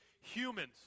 humans